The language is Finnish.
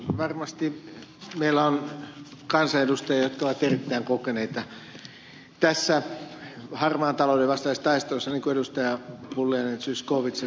varmasti meillä on kansanedustajia jotka ovat erittäin kokeneita tässä harmaan talouden vastaisessa taistelussa niin kuin edustajat pulliainen ja zyskowicz ja niin edelleen